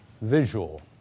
visual